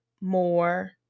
more